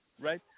right